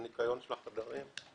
הניקיון של החדרים.